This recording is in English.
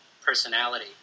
personality